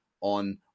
on